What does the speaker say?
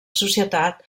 societat